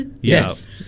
Yes